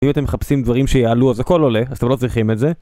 אם אתם מחפשים דברים שיעלו אז הכל עולה, אז אתם לא צריכים את זה.